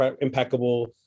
impeccable